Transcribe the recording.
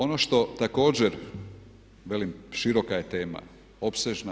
Ono što također velim široka je tema, opsežna.